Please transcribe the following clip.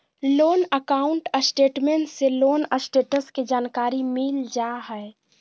loan account statement से loan status के जानकारी मिल जा हय